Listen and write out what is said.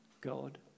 God